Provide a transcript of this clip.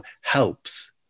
helps